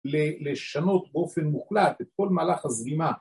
לשנות באופן מוחלט את כל מהלך הזרימה